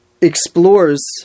explores